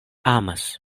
amas